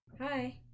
Hi